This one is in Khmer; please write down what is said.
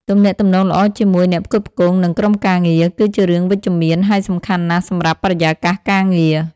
ទំនាក់ទំនងល្អជាមួយ អ្នកផ្គត់ផ្គង់ និងក្រុមការងារ គឺជារឿងវិជ្ជមានហើយសំខាន់ណាស់សម្រាប់បរិយាកាសការងារ។